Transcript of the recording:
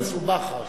יותר מסובך רק.